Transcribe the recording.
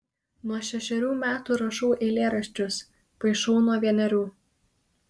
nuo šešerių metų rašau eilėraščius paišau nuo vienerių